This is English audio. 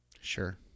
Sure